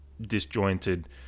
disjointed